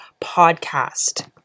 podcast